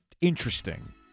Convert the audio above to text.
interesting